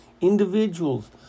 individuals